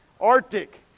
Arctic